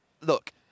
Look